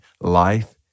life